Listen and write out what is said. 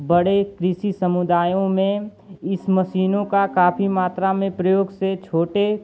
बड़े कृषि समुदायों में इन मशीनों का काफ़ी मात्रा में प्रयोग से छोटे